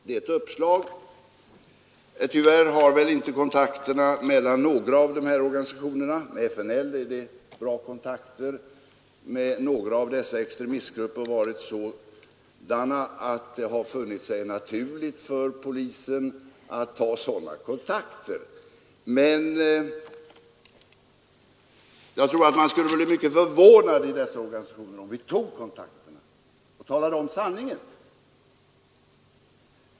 Det är ett uppslag. Tyvärr har väl — med undantag för FNL som man har god kontakt med — inte relationerna med några av dessa extremistgrupper varit sådana att det fallit sig naturligt för polisen att ta sådana kontakter. Jag tror att man i dessa organisationer skulle bli mycket förvånad om man tog kontakt med dem och talade om sanningen för dem.